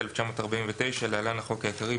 התש"ט-1949 (להלן - החוק העיקרי),